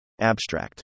abstract